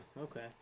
okay